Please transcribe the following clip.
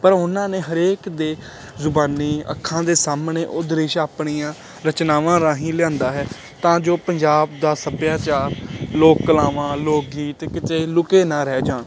ਪਰ ਉਹਨਾਂ ਨੇ ਹਰੇਕ ਦੇ ਜ਼ੁਬਾਨੀ ਅੱਖਾਂ ਦੇ ਸਾਹਮਣੇ ਉਹ ਦ੍ਰਿਸ਼ ਆਪਣੀਆਂ ਰਚਨਾਵਾਂ ਰਾਹੀਂ ਲਿਆਂਦਾ ਹੈ ਤਾਂ ਜੋ ਪੰਜਾਬ ਦਾ ਸੱਭਿਆਚਾਰ ਲੋਕ ਕਲਾਵਾਂ ਲੋਕ ਗੀਤ ਕਿਤੇ ਲੁਕੇ ਨਾ ਰਹਿ ਜਾਣ